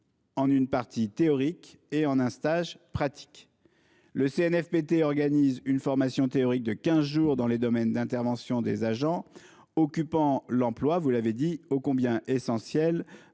en une partie théorique et en un stage pratique. Le CNFPT organise une formation théorique de quinze jours dans les domaines d'intervention des agents occupant l'emploi, ô combien essentiel,